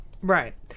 Right